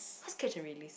what's catch and release